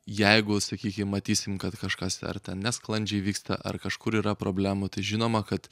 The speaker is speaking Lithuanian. jeigu sakykim matysim kad kažkas ar ten nesklandžiai vyksta ar kažkur yra problemų tai žinoma kad